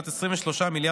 חבריי השרים, חבריי